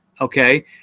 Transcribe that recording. Okay